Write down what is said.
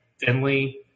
Finley